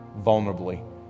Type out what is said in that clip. vulnerably